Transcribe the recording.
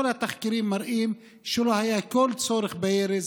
כל התחקירים מראים שלא היה כל צורך בירי,